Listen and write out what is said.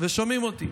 שומעים אותי.